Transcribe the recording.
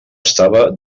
estava